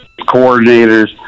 coordinators